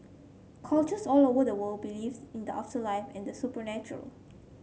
cultures all over the world believe in the afterlife and the supernatural